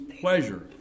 pleasure